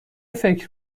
فکر